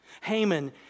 Haman